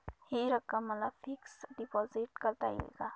हि रक्कम मला फिक्स डिपॉझिट करता येईल का?